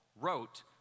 wrote